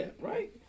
Right